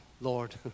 Lord